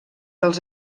dels